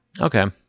Okay